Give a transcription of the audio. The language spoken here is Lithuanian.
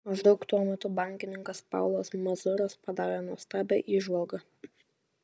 maždaug tuo metu bankininkas paulas mazuras padarė nuostabią įžvalgą